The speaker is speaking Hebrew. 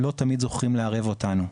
לא תמיד זוכים לערב אותנו.